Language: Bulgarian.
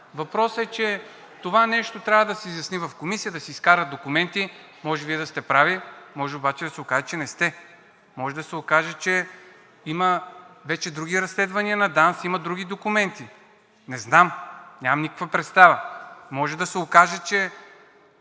Въпросът е, че това нещо трябва да се изясни в комисия, да се изкарат документи. Може Вие да сте прави, може обаче да се окаже, че не сте. Може да се окаже, че има вече други разследвания на ДАНС, има други документи, не знам, нямам никаква представа. Може да се окаже, че